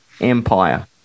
empire